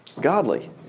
godly